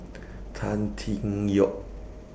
Tan Tee Yoke